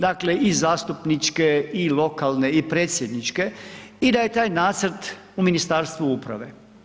Dakle i zastupničke i lokalne i predsjedniče i da je taj nacrt u Ministarstvu uprave.